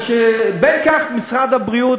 ושבין כך משרד הבריאות,